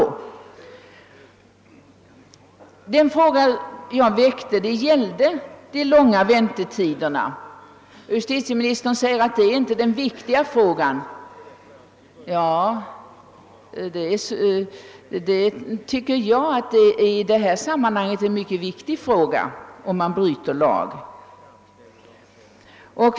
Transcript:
Min fråga gällde de långa väntetiderna. Justitieministern säger att det är inte den viktiga frågan. Jag tycker emellertid att det i detta sammanhang är en mycket viktig fråga om man bryter mot lagen.